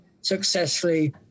successfully